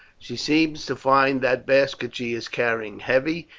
she seems to find that basket she is carrying heavy,